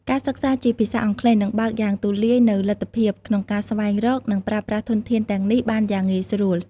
ការសិក្សាជាភាសាអង់គ្លេសនឹងបើកយ៉ាងទូលាយនូវលទ្ធភាពក្នុងការស្វែងរក និងប្រើប្រាស់ធនធានទាំងនេះបានយ៉ាងងាយស្រួល។